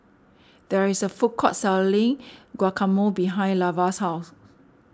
there is a food court selling Guacamole behind Lavar's house